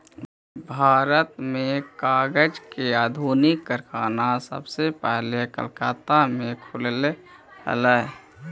भारत में कागज के आधुनिक कारखाना सबसे पहले कलकत्ता में खुलले हलइ